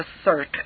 assert